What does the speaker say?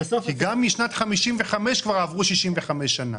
כי גם משנת 1955 כבר עברו 65 שנים.